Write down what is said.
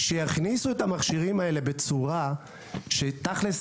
שיכניסו את המכשירים האלה בצורה שתכל'ס